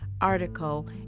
article